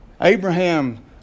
Abraham